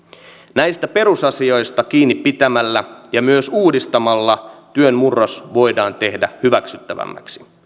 näistä perusasioista kiinni pitämällä ja myös uudistamalla työn murros voidaan tehdä hyväksyttävämmäksi